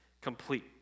complete